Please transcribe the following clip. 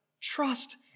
Trust